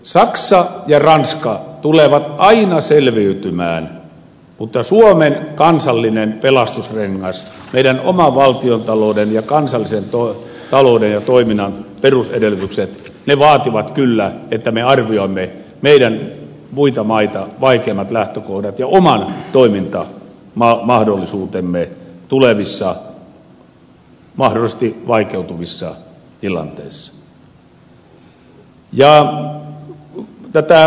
saksa ja ranska tulevat aina selviytymään mutta suomen kansallinen pelastusrengas meidän oman valtiontalouden ja kansallisen talouden ja toiminnan perusedellytykset vaativat kyllä että me arvioimme meidän muita maita vaikeammat lähtökohdat ja omat toimintamahdollisuutemme tulevissa mahdollisesti vaikeutuvissa tilanteissa